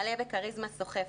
מלא בכריזמה סוחפת.